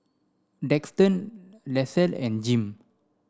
Daxton Leslee and Jim